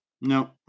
No